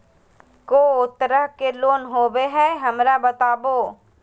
को तरह के लोन होवे हय, हमरा बताबो?